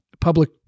public